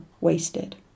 wasted